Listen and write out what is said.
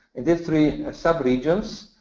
the three sub-regions.